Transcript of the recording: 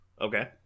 okay